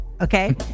Okay